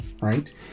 right